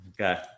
Okay